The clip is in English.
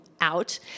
out